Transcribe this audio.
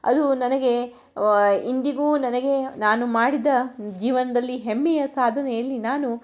ಅದು ನನಗೆ ಇಂದಿಗೂ ನನಗೆ ನಾನು ಮಾಡಿದ ಜೀವನದಲ್ಲಿ ಹೆಮ್ಮೆಯ ಸಾಧನೆಯಲ್ಲಿ ನಾನು